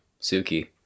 Suki